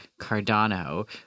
Cardano